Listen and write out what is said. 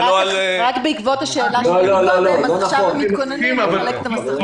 רק בעקבות השאלה ששאלתם אז עכשיו הם מתכוננים לחלק את המסכות.